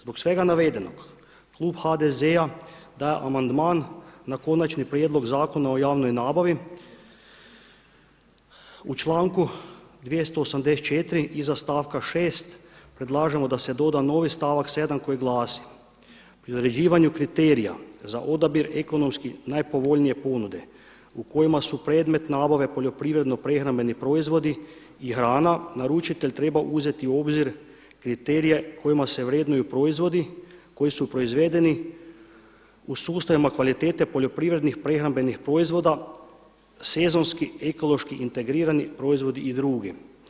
Zbog svega navedenog klub HDZ-a daje amandman na konačni prijedlog Zakona o javnoj nabavi u članku 284. iza stavka 6. predlažemo da se doda novi stavak 7. koji glasi: pri određivanju kriterija za odabir ekonomski najpovoljnije ponude u kojima su predmet nabave poljoprivredno-prehrambeni proizvodi i hrana naručitelj treba uzeti u obzir kriterije kojima se vrednuju proizvodi koji su proizvedeni u sustavima kvalitete poljoprivrednih prehrambenih proizvoda, sezonski, ekološki integrirani proizvodi i druge.